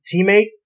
teammate